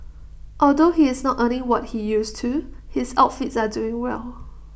although he is not earning what he used to his outfits are doing well